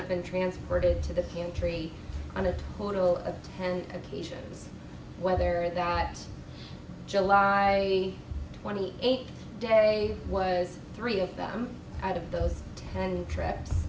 have been transported to the pantry on a total of ten occasions whether that july twenty eighth day was three of them out of those ten traps